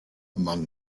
among